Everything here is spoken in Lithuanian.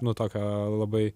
nu tokio labai